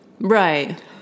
right